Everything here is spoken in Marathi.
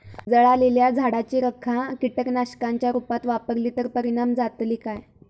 जळालेल्या झाडाची रखा कीटकनाशकांच्या रुपात वापरली तर परिणाम जातली काय?